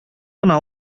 гына